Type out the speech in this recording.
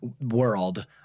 world